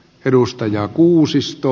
edustajaa kuusisto